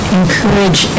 encourage